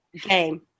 game